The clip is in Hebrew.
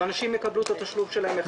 אנשים יקבלו את התשלום שלהם.